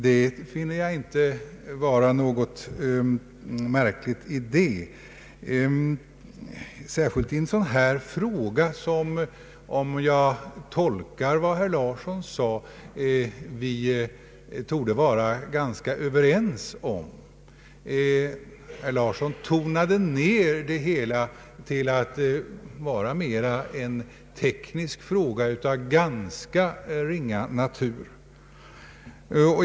Det finner jag inte vara märkligt, särskilt i en sådan här fråga som vi — om jag rätt tolkar vad herr Larsson sade — torde vara ganska överens om. Herr Larsson tonade ned det hela till att vara mera en teknisk fråga av ganska ringa natur.